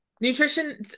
Nutrition